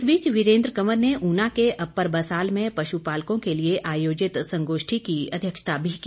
इस बीच वीरेन्द्र कंवर ने ऊना के अप्पर बसाल में पशुपालकों के लिए आयोजित संगोष्ठी की अध्यक्षता भी की